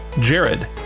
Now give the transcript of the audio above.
Jared